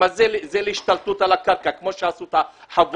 אם זה להשתלטות על הקרקע כמו שעשו את חוות